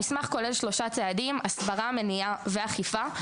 המסמך כולל שלושה צעדים, הסברה, מניעה, ואכיפה.